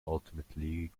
ultimately